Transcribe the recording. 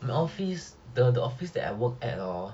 the office the the office that I work at orh